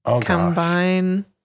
combine